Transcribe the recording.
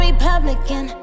Republican